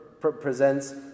presents